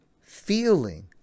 feeling